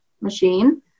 machine